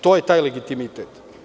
To je taj legitimitet.